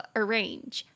arrange